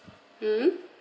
mm